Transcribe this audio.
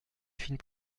fines